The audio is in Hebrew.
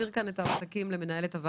שהיום המטופלים כן משלמים ללשכות תשלום חודשי.